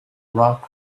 rock